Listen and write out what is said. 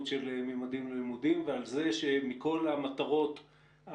היום "יחד למען החייל" הם הגוף היחידי שמגייס את התרומות וכלל הגופים,